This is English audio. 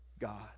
God